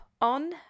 on